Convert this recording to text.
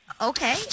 Okay